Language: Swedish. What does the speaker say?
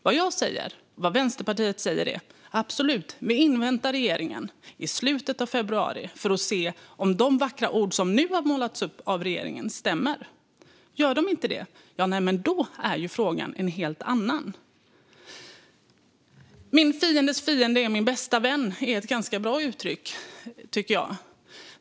Vad jag och Vänsterpartiet säger är: Absolut, vi inväntar regeringen till i slutet av februari för att se om de vackra ord som nu har målats upp av regeringen stämmer. Gör de inte det är frågan en helt annan. Min fiendes fiende är min bästa vän är ett bra uttryck, tycker jag.